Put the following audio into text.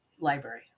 library